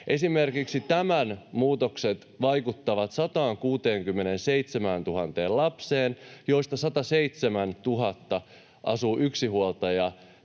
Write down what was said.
Esimerkiksi tämän esityksen muutokset vaikuttavat 167 000 lapseen, joista 107 000 asuu yksinhuoltajatalouksissa.